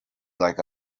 like